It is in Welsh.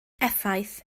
effaith